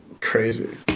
crazy